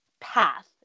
path